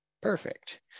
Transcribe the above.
perfect